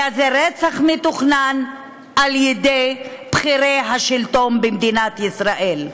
היה זה רצח מתוכנן על-ידי בכירי השלטון במדינת ישראל.